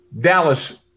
Dallas